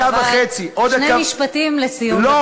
דקה וחצי לא, אבל שני משפטים לסיום, בבקשה.